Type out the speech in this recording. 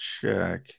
check